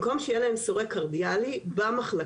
במקום שיהיה להם סורק קרדיאלי במחלקה